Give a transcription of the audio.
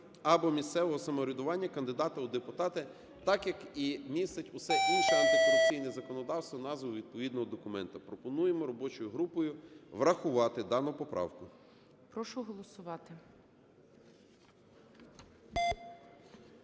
або місцевого самоврядування кандидата у депутати" – так як і містить усе інше антикорупційне законодавство назву відповідного документа. Пропонуємо робочою групою врахувати дану поправку. ГОЛОВУЮЧИЙ. Прошу голосувати.